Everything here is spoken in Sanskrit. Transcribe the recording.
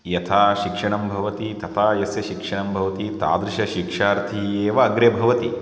यथा शिक्षणं भवति तथा यस्य शिक्षणं भवति तादृशशिक्षार्थी एव अग्रे भवति